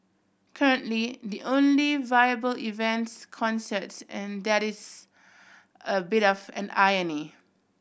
currently the only viable events concerts and that is a bit of an irony